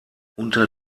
unter